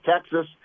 Texas